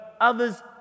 others